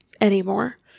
anymore